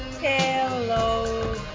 Hello